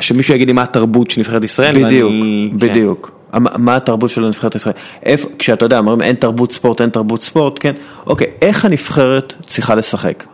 שמישהו יגיד לי מה התרבות של נבחרת ישראל. בדיוק, בדיוק. מה התרבות של נבחרת ישראל? כשאתה יודע, אומרים אין תרבות ספורט, אין תרבות ספורט, כן. אוקיי, איך הנבחרת צריכה לשחק?